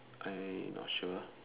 I not sure